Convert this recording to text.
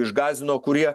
išgąsdino kurie